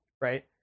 right